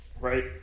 right